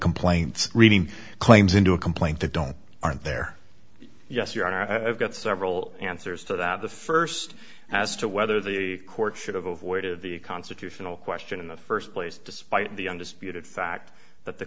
complaints reading claims into a complaint that don't aren't there yes your honor i've got several answers to that the st as to whether the court should have avoided the constitutional question in the st place despite the undisputed fact that the